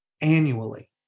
Annually